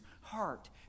heart